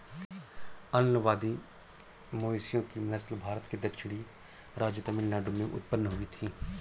अलंबादी मवेशियों की नस्ल भारत के दक्षिणी राज्य तमिलनाडु में उत्पन्न हुई थी